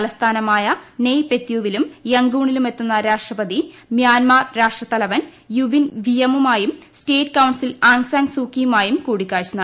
തലസ്ഥാനമായ നെയ്പെയ്ത്യൂവിലും യംങ്കൂണിലുമെത്തുന്ന രാഷ്ട്രപതി മ്യാൻമാർ രാഷ്ട്രത്തലവൻ യുവിൻ വിമയുന്നുമായും സ്റ്റേറ്റ് കൌൺസിൽ ആങ് സാങ് സ്യൂകിയുമായും കൂടിക്കാഴ്ച നടത്തും